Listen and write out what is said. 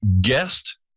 guest